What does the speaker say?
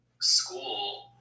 school